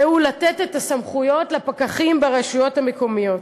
והוא, לתת את הסמכויות לפקחים ברשויות המקומיות.